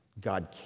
God